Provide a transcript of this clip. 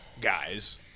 guys